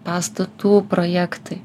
pastatų projektai